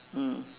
mm